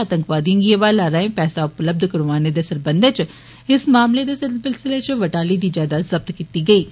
आतंकवादिएं गी हवाला राएं रपेआ पैसा उपलब्ध करवाने दे सरबंधै च इक मामले दे सिलसिले च वटाली दी जायदाद जब्त कीती गेई ऐ